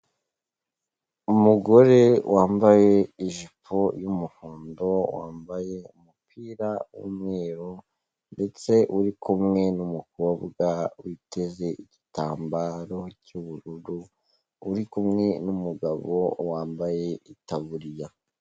Umugore wambaye ijipo y'umuhondo, wambaye umupira w'umweru, ndetse uri kumwe n'umukobwa witeze igitambaro cy'ubururu, uri kumwe n'umugabo wambaye itaburiya.